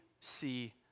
see